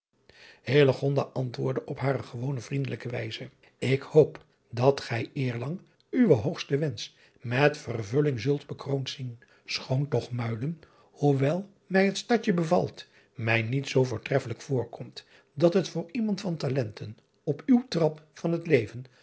antwoordde op hare gewone vriendelijke wijze k hoop dat gij eerlang uwen hoogsten wensch met vervulling zult bekroond zien schoon toch uiden hoe wel mij het stadje bevalt mij niet zoo voortreffelijk voorkomt dat het voor iemand van talenten op uw trap van het leven